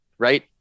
right